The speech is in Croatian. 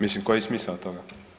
Mislim koji je smisao toga?